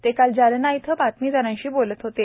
ते काल जालना इथं बातमीदारांशी बोलत होते